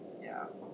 ya